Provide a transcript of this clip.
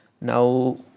Now